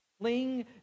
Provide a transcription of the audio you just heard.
cling